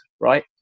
right